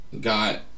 got